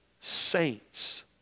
saints